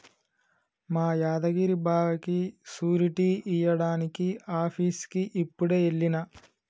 మా యాదగిరి బావకి సూరిటీ ఇయ్యడానికి ఆఫీసుకి యిప్పుడే ఎల్లిన